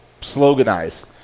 sloganize